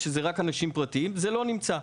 כשזה רק אנשים פרטיים זה לא נמצא.